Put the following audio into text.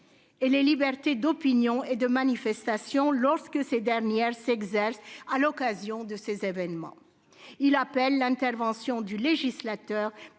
et les libertés d'opinion et de manifestation, lorsque ces dernières s'exercent à l'occasion de ces événements ». Il appelle l'intervention du législateur